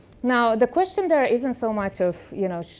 now, the question there isn't so much of, you know,